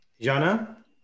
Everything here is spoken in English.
Jana